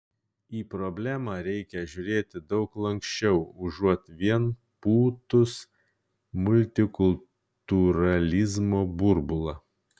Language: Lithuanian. į problemą reikia žiūrėti daug lanksčiau užuot vien pūtus multikultūralizmo burbulą